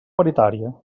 paritària